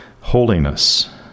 holiness